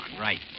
Right